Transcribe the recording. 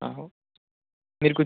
మీరు కు